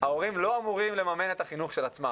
ההורים לא אמורים לממן את החינוך של עצמם.